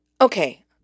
Okay